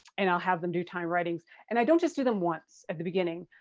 and i'll have them do timed writings and i don't just do them once at the beginning.